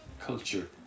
culture